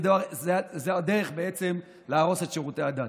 שזו הדרך להרוס את שירותי הדת.